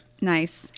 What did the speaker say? Nice